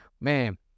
Man